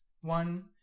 one